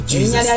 Jesus